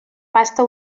pasta